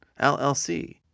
LLC